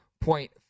point